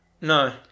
No